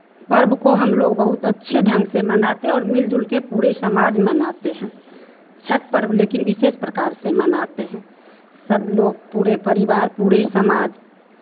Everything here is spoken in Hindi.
पर्व को हम लोग बहुत अच्छे ढंग से मनाते और मिलजुल के पूरे समाज मनाते हैं छठ पर्व लेकिन विशेष प्रकार से मनाते हैं सब लोग पूरे परिवार पूरे समाज